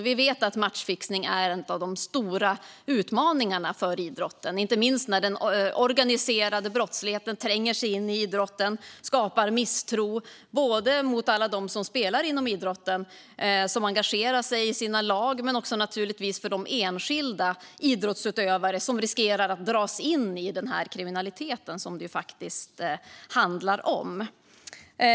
Vi vet att matchfixning är en av de stora utmaningarna för idrotten, inte minst när den organiserade brottsligheten tränger sig in i idrotten och skapar misstro mot alla spelare i lagen och mot de enskilda idrottsutövare som riskerar att dras in i den kriminalitet det faktiskt handlar om.